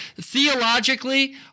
theologically